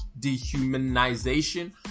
dehumanization